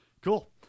cool